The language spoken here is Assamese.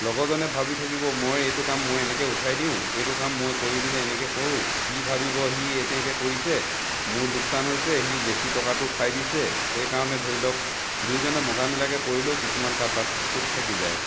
লগৰজনে ভাবি থাকিব মই এইটো কাম মই এনেকে উঠাই দিওঁ এইটো কাম মই কৰি পিনে এনেকে কৰোঁ ই ভাবিব সি এনেকে কৰিছে মোৰ লোকচান হৈছে সি বেছি টকাটো খাই দিছে সেইকাৰণে ধৰি লওক দুয়োজনে মকা মিলাকে কৰিলেও কিছুমান কাম তাত খুঁত থাকি যায়